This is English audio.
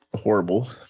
horrible